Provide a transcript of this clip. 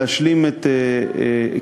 להשלים את קידומה,